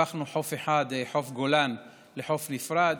הפכנו חוף אחד, חוף גולן, לחוף נפרד,